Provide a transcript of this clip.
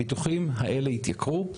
הביטוחים האלה יתייקרו.